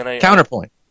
Counterpoint